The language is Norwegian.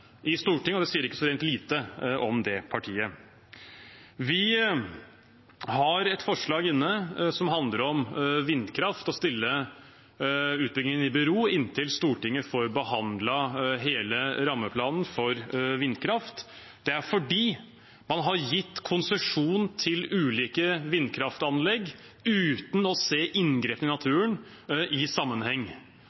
i Stortinget, og det sier ikke så rent lite om det partiet. Vi har et forslag inne som handler om vindkraft, om å stille utbyggingen i bero inntil Stortinget får behandlet hele rammeplanen for vindkraft. Det er fordi man har gitt konsesjon til ulike vindkraftanlegg uten å se inngrepene i